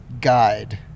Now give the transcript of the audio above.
guide